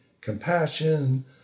compassion